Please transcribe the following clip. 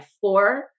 four